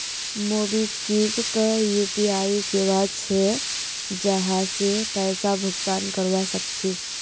MobiKwik UPI सेवा छे जहासे पैसा भुगतान करवा सक छी